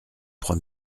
trois